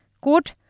quote